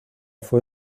fue